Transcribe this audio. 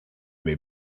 may